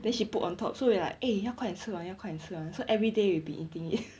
then she put on top so we like eh 要快点吃完要快点吃完 so everyday we've been eating it